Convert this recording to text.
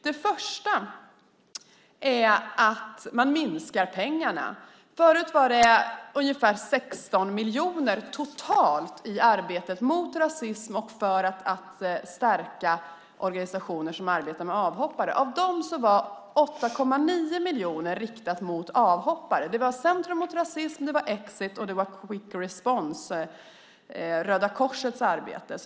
Det första är att man minskar mängden pengar. Förut var det ungefär 16 miljoner totalt i arbetet mot rasism och för att stärka organisationer som arbetar med avhoppare. Av dessa pengar var 8,9 miljoner riktade mot avhoppare. Det var Centrum mot rasism, Exit och Quick Response inom Röda Korsets arbete.